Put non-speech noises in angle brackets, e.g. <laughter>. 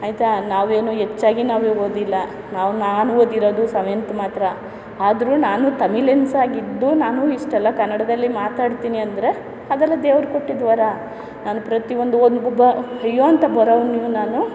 ಆಯಿತಾ ನಾವೇನು ಹೆಚ್ಚಾಗಿ ನಾವು ಓದಿಲ್ಲ ನಾವು ನಾನು ಓದಿರೋದು ಸೆವೆಂತ್ ಮಾತ್ರ ಆದರೂ ನಾನು ತಮಿಲಿಯನ್ಸ್ ಆಗಿ ಇದ್ದು ನಾನು ಇಷ್ಟೆಲ್ಲ ಕನ್ನಡದಲ್ಲಿ ಮಾತಾಡ್ತೀನಿ ಅಂದರೆ ಅದೆಲ್ಲ ದೇವ್ರು ಕೊಟ್ಟಿದ್ದು ವರ ನಾನು ಪ್ರತಿಯೊಂದು <unintelligible> ಒಬ್ಬ ಅಯ್ಯೋ ಅಂತ ಬರೋವ್ನಿಗೂ ನಾನು